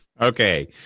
Okay